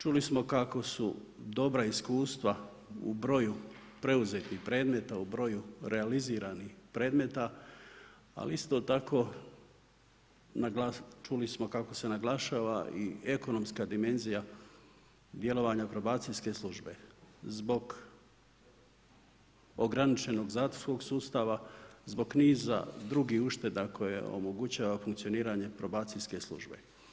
Čuli smo kako su dobra iskustva u broju preuzetih predmeta u broju realiziranih predmeta, ali isto tako čuli smo kako se naglašava i ekonomska dimenzija djelovanja probacijske službe, zbog ograničenog zatvorskog sustava, zbog niza drugih ušteda koje omogućava funkcioniranje probacijske službe.